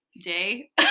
day